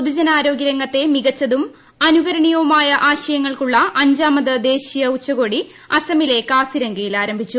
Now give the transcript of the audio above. പൊതു ജനാരോഗൃ രംഗത്തെ മികച്ചതും അനുകരണീയവുമായ ആശ്യിങ്ങൾക്കുള്ള അഞ്ചാമത് ദേശീയ ഉച്ചകോടി അസമിലെ കാസ്പിരംഗ്ദയിൽ ആരംഭിച്ചു